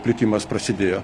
plitimas prasidėjo